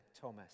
Thomas